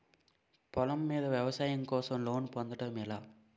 పొలం మీద వ్యవసాయం కోసం లోన్ పొందటం ఎలా?